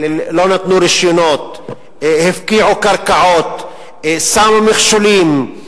לא נתנו רשיונות, הפקיעו קרקעות, שמו מכשולים,